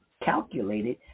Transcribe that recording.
calculated